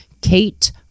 Kate